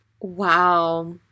Wow